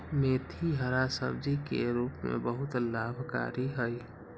मेथी हरा सब्जी के रूप में बहुत लाभकारी हई